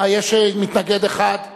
התשע"ב 2011,